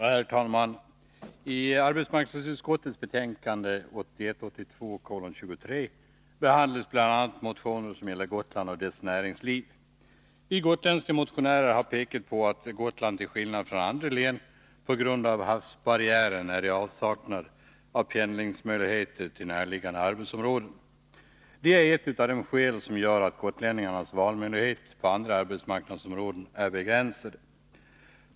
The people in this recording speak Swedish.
Herr talman! I arbetsmarknadsutskottets betänkande 1981/82:23 behandlas bl.a. några motioner som gäller Gotland och dess näringsliv. Vi gotländska motionärer har pekat på att Gotland till skillnad från andra län på grund av havsbarriären är i avsaknad av pendlingsmöjligheter till närliggande arbetsområden. Detta gör att gotlänningarnas valmöjlighet på andra arbetsmarknadsområden är begränsad.